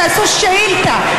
תעשו שאילתה.